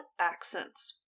accents